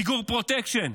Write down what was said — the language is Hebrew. מיגור פרוטקשן,